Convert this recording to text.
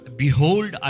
behold